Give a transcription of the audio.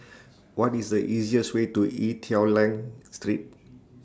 What IS The easiest Way to Ee Teow Leng Street